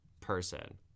person